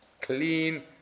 clean